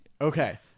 Okay